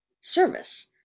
service